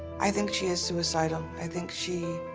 i think she is suicidal. i think she,